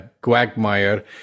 quagmire